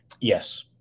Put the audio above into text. Yes